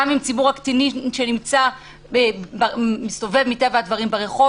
גם עם ציבור הקטינים שמסתובב מטבע הדברים ברחוב,